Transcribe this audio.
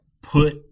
put